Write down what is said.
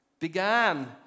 Began